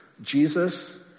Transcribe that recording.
Jesus